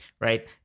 right